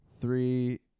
Three